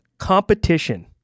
competition